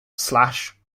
slash